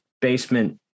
basement